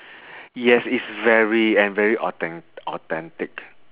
yes it's very and very authen~ authentic